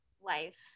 life